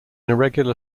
irregular